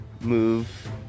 move